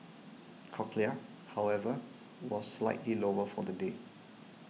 cochlear however was slightly lower for the day